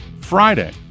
Friday